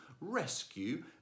rescue